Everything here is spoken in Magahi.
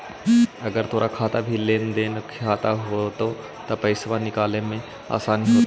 अगर तोर खाता भी लेन देन खाता होयतो त पाइसा निकाले में आसानी होयतो